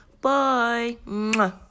Bye